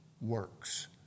works